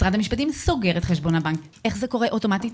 משרד המשפטים סוגר את חשבון הבנק - איך זה קורה אוטומטית?